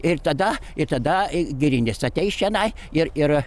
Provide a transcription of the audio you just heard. ir tada ir tada girinis ateis čionai ir ir